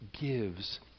gives